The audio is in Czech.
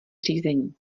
řízení